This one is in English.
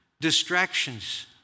Distractions